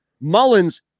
Mullins